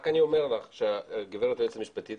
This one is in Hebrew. רק אני אומר לך שהגברת היועצת המשפטית